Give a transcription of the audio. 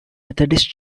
methodist